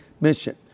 mission